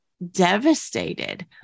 devastated